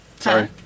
Sorry